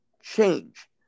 change